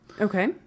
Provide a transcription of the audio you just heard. Okay